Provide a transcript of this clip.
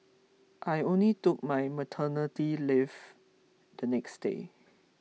I only took my maternity leave the next day